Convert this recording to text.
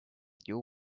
you